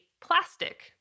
plastic